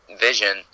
Vision